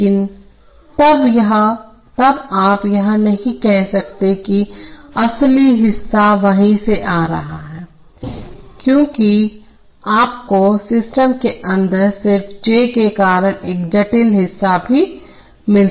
लेकिन तब आप यह नहीं कह सकते कि असली हिस्सा वहीं से आ रहा है क्योंकि आपको सिस्टम के अंदर सिर्फ j के कारण एक जटिल हिस्सा भी मिल सकता है